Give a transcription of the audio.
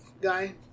guy